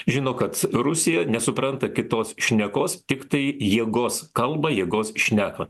žino kad rusija nesupranta kitos šnekos tiktai jėgos kalbą jėgos šneką